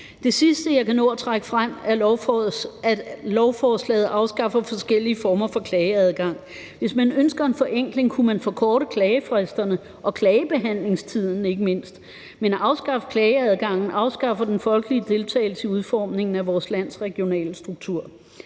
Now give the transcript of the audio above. Det sidste, jeg kan nå at trække frem af lovforslaget, er, at lovforslaget afskaffer forskellige former for klageadgang. Hvis man ønsker en forenkling, kunne man forkorte klagefristerne og ikke mindst klagebehandlingstiden. Men ved at afskaffe klageadgangen afskaffer man den folkelige deltagelse i udformningen af vores lands regionale struktur.